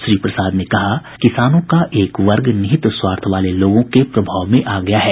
श्री प्रसाद ने कहा कि किसानों का एक वर्ग निहित स्वार्थ वाले लोगों के प्रभाव में आ गया है